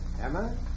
Emma